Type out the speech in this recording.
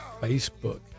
Facebook